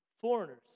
Foreigners